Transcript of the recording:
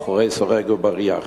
מאחורי סורג ובריח.